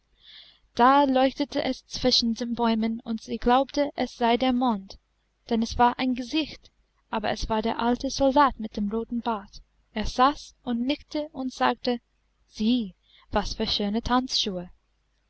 da leuchtete es zwischen den bäumen und sie glaubte es sei der mond denn es war ein gesicht aber es war der alte soldat mit dem roten bart er saß und nickte und sagte sieh was für schöne tanzschuhe